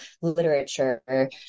literature